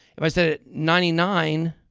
if i set at ninety nine,